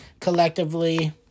collectively